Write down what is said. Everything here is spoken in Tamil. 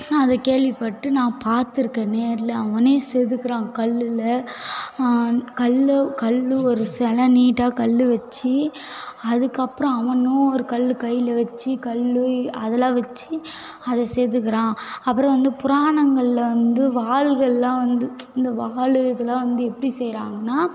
நான் அதை கேள்விப்பட்டு நான் பார்த்துருக்கேன் நேரில் அவன் செதுக்கிறான் கல்லில் கல் கல் ஒரு சில நீட்டாக கல்லுவச்சு அதுக்கப்புறம் அவனும் ஒரு கல் கையில் வச்சு கல்லு அதெலாம் வச்சு அதை செதுக்கிறான் அப்புறம் வந்து புராணங்களில் வந்து வாள்கள்லாம் வந்து இந்த வாள் இதெலாம் வந்து எப்படி செய்கிறாங்கன்னா